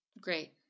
Great